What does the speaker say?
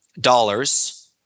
dollars